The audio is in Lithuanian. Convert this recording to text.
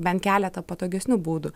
bent keletą patogesnių būdų